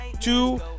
Two